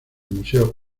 museo